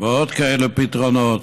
ועוד כאלה פתרונות,